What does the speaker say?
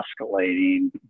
escalating